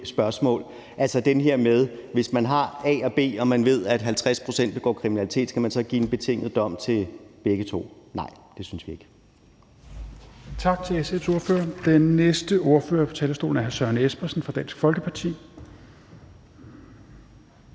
spørgsmål – altså det her med, at hvis man har A og B og man ved, at 50 pct. begår kriminalitet, skal man så give en betinget dom til begge to? Nej, det synes vi ikke.